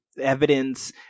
evidence